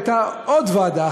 הייתה עוד ועדה,